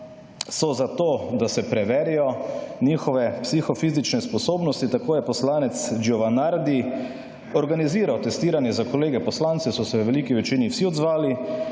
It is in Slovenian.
so za to, da se preverijo njihove psihofizične sposobnosti, tako je poslanec Giovanardi organiziral testiranje za kolege poslance, so se v veliki večini vsi odzvali.